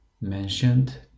mentioned